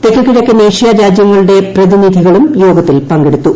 തെക്ക് കിഴക്കൻ ഏഷ്യൻ രാജ്യങ്ങളുടെ പ്രതിനിധികളും യോഗത്തിൽ പങ്കെടുത്തു